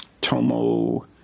Tomo